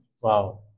Wow